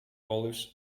olives